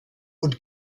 und